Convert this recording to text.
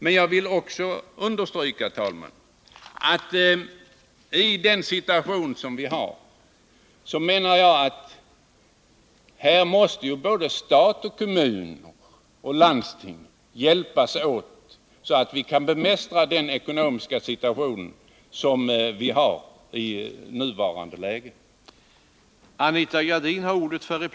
Men jag vill också understryka, herr talman, att i den situation som vi har menar jag att stat, kommun och landsting måste hjälpas åt så att vi kan bemästra den nuvarande ekonomiska situationen.